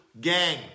gang